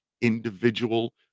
individual